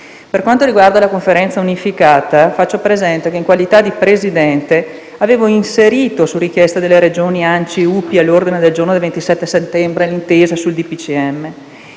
Per quanto riguarda la Conferenza unificata, faccio presente che, in qualità di Presidente, avevo inserito, su richiesta delle Regioni, ANCI e UPI, nell'ordine del giorno del 27 settembre, l'intesa sul